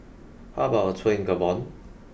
how about a tour in Gabon